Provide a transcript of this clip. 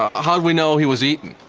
ah how do we know he was eaten?